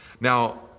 Now